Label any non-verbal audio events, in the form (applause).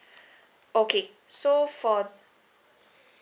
(breath) okay so for